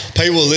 people